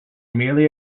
merely